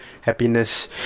happiness